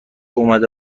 اومده